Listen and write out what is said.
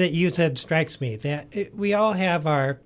that you said strikes me that we all have our